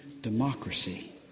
democracy